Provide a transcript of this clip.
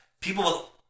people